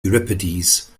euripides